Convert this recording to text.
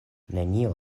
nenio